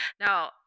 Now